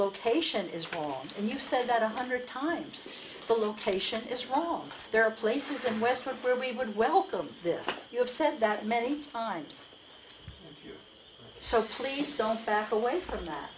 location is wrong and you said that one hundred times the location is wrong there are places in west point where we would welcome this you have said that many times so please don't back away from that